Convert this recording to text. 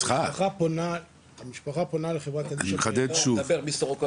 אני מחדד שוב.